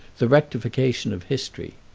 the rectification of history.